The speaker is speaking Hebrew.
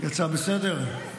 יצא בסדר?